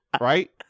right